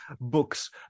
books